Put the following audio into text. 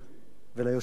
וליושב-ראש,